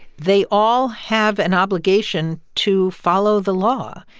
they all have an obligation to follow the law,